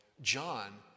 John